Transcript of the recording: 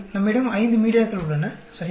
நம்மிடம் ஐந்து மீடியாக்கள் உள்ளன சரியா